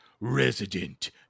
Resident